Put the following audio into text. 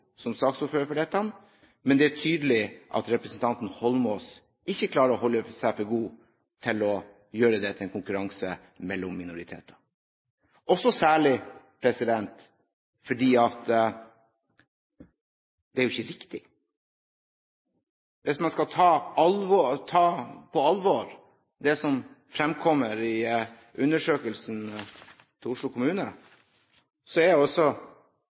som saksordfører, men det er tydelig at representanten Holmås ikke klarer å holde seg for god til å gjøre dette til en konkurranse mellom minoriteter. Det er jo ikke riktig. Hvis man skal ta på alvor det som fremkommer i undersøkelsen til Oslo kommune, er